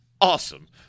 awesome